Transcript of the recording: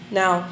now